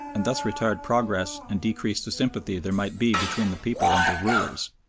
and thus retard progress and decrease the sympathy there might be between the people and their rulers.